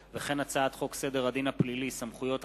הצעת חוק סדר הדין הפלילי (סמכויות אכיפה,